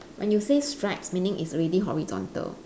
when you say stripes meaning it's already horizontal